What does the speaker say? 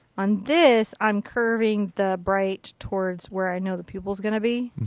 on this, i'm curving the bright towards where i know the pupil is going to be,